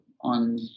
on